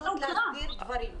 כרגע זו הזדמנות להסדיר דברים.